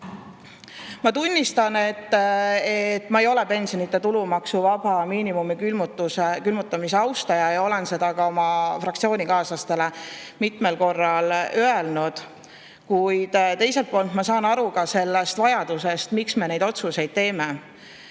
Ma tunnistan, et ma ei ole pensionide tulumaksuvaba miinimumi külmutamise austaja, olen seda ka oma fraktsioonikaaslastele mitmel korral öelnud, kuid teiselt poolt ma saan aru vajadusest, miks me neid otsuseid teeme.